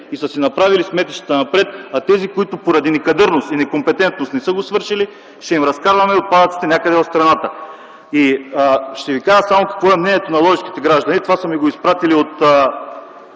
и са си правили сметищата напред, а тези, които поради некадърност и некомпетентност не са го свършили, ще им разкарваме отпадъците някъде из страната! Ще Ви кажа само какво е мнението на ловешките граждани. Изпратили са